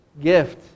gift